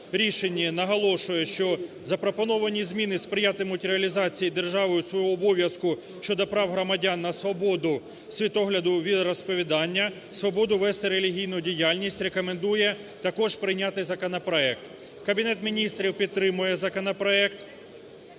рішенні наголошує, що запропоновані зміни сприятимуть реалізації державою свого обов'язку щодо прав громадян на свободу світогляду і віросповідання, свободу вести релігійну діяльність, рекомендує також прийняти законопроект. Кабінет Міністрів підтримує законопроект,